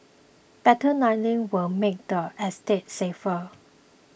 better lighting will make the estate safer